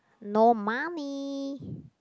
no money